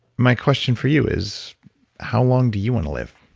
my question for you is how long do you want to live?